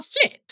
flip